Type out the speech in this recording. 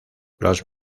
los